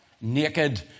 naked